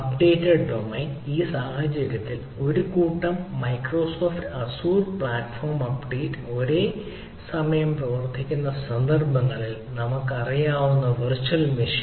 update domain ഈ സാഹചര്യത്തിൽ ഒരു കൂട്ടം മൈക്രോസോഫ്റ്റ് അസുർ പ്ലാറ്റ്ഫോം അപ്ഡേറ്റ് ഒരേസമയം പ്രയോഗിക്കുന്ന സന്ദർഭങ്ങളിൽ നമുക്കറിയാവുന്ന വിർച്വൽ മെഷീൻ